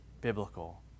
biblical